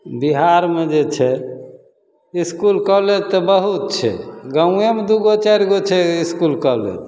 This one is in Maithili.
बिहारमे जे छै इसकुल कॉलेज तऽ बहुत छै गामेमे दुइगो चारिगो छै इसकुल कॉलेज